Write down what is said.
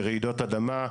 ברעידות אדמה,